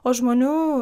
o žmonių